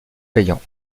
payants